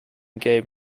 gave